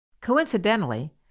Coincidentally